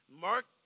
Mark